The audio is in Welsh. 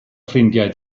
ffrindiau